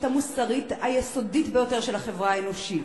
המוסרית היסודית ביותר של החברה האנושית.